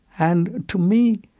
and, to me,